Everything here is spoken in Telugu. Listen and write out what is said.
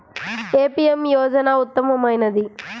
ఏ పీ.ఎం యోజన ఉత్తమమైనది?